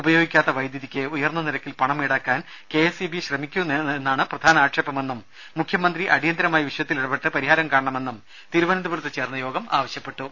ഉപയോഗിക്കാത്ത വൈദ്യുതിക്ക് ഉയർന്ന നിരക്കിൽ പണം ഈടാക്കാൻ കെ എസ് ഇ ബി ശ്രമിക്കുന്നു എന്നാണ് പ്രധാന ആക്ഷേപമെന്നും മുഖ്യമന്ത്രി അടിയന്തരമായി വിഷയത്തിൽ ഇടപെട്ട് പരിഹാരം കാണണമെന്നും തിരുവനന്തപുരത്ത് ചേർന്ന യോഗം ആവശ്യപ്പെട്ടു